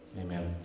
Amen